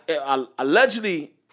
allegedly